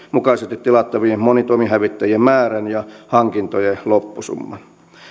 mukaisesti tilattavien monitoimihävittäjien määrän ja hankintojen loppusumman